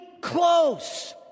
close